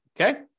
Okay